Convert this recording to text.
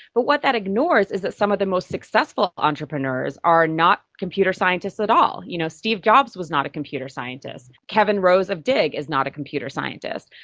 but what that ignores is that some of the most successful entrepreneurs are not computer scientists at all. you know, steve jobs was not a computer scientist, kevin rose of digg is not a computer scientist.